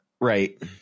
Right